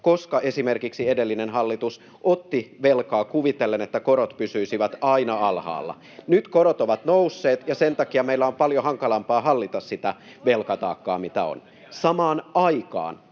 koska esimerkiksi edellinen hallitus otti velkaa kuvitellen, että korot pysyisivät aina alhaalla. Nyt korot ovat nousseet, ja sen takia meidän on paljon hankalampaa hallita sitä velkataakkaa, mitä on. Samaan aikaan